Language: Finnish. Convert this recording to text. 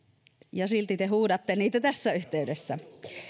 ja silti te huudatte niitä tässä yhteydessä